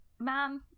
man